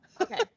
Okay